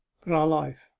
but our life,